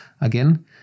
again